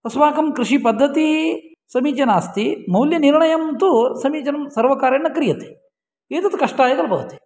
अस्माकं कृषिपद्धतिः समीचीना अस्ति मौल्यनिर्णयं तु समीचीनं सर्वकारेण क्रियते एतत् कष्टाय खलु भवति